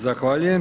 Zahvaljujem.